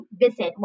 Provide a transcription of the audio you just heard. visit